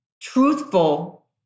truthful